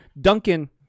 Duncan